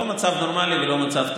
זה לא מצב נורמלי ולא מצב תקין.